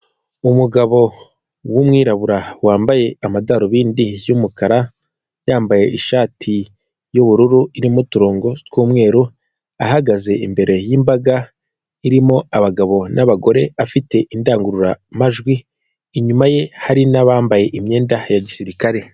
Umugabo w'umwirabura wambaye amadarubindi y'umukara yambaye ishati y'ubururu irimo uturongo tw'umweru, ahagaze imbere y'imbaga irimo abagabo n'abagore afite indangururamajwi inyuma ye hari n'abambaye imyenda ya gisirikare.